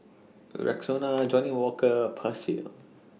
Rexona Johnnie Walker and Persil